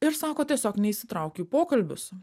ir sako tiesiog neįsitraukiu į pokalbius